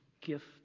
gift